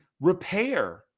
repair